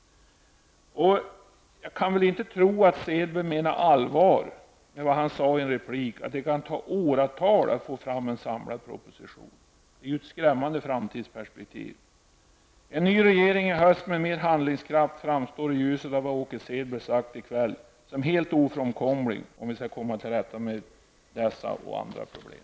Jag kan väl inte tro att Selberg menade allvar med vad han sade i en replik, nämligen att det kan ta åratal att få fram en samlad proposition. Det är ett skrämmande framtidsperspektiv. En ny regering i höst med mer handlingskraft framstår i ljuset av vad Åke Selberg i kväll sagt som helt ofrånkomlig, om vi skall komma till rätta med dessa och andra problem.